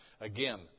again